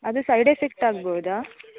ಅದು side effect ಆಗ್ಬೋದಾ